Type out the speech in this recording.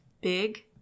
big